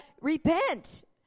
repent